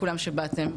שבאתם.